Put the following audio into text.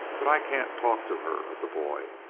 but i can't talk to her of the boy